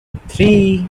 three